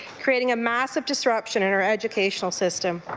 creating a massive disruption in our educational system.